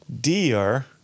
Dear